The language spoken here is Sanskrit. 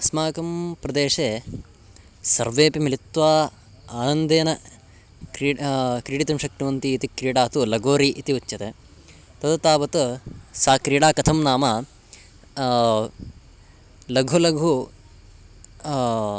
अस्माकं प्रदेशे सर्वेपि मिलित्वा आनन्देन क्रीडा क्रीडितुं शक्नुवन्ति इति क्रीडा तु लगोरि इति उच्यते तत् तावत् सा क्रीडा कथं नाम लघु लघु